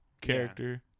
character